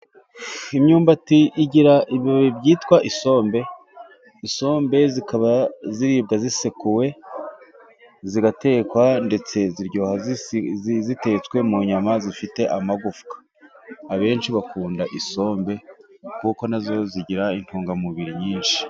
Imyumbati igira ibibabi byitwa isombe. Isombe ikaba iribwa isekuwe, igatekwa, ndetse iryoha itetswe mu nyama zifite amagufwa. Abenshi bakunda isombe kuko nayo igira intungamubiri nyinshi.